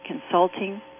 consulting